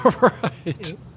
Right